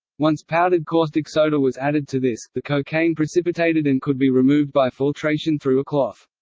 once powdered caustic soda was added to this, the cocaine precipitated and could be removed by filtration through a cloth.